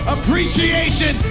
Appreciation